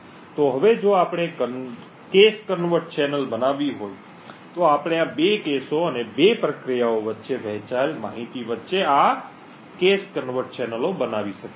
તેથી હવે જો આપણે cache convert ચેનલ બનાવવી હોય તો આપણે આ 2 કેસો અને 2 પ્રક્રિયાઓ વચ્ચે વહેંચાયેલ માહિતી વચ્ચે આ cache convert ચેનલો બનાવી શકીએ છીએ